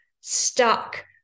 stuck